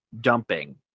dumping